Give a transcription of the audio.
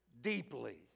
deeply